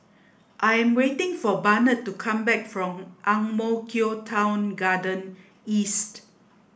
I am waiting for Barnett to come back from Ang Mo Kio Town Garden East